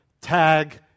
tag